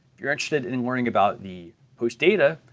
you're interested in learning about the post data,